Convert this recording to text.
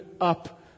up